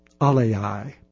Alei